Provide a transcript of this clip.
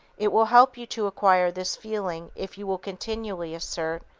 it will help you to acquire this feeling if you will continually assert,